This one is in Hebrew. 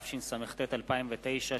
התשס"ט 2009,